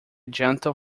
gentle